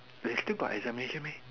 they still got examination meh